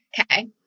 Okay